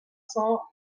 cents